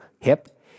hip